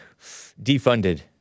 defunded